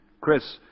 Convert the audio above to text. Chris